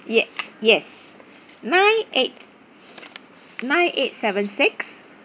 ye~ yes nine eight nine eight seven six